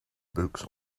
books